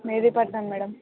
Mehdipatnam madam